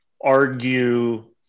argue